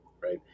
right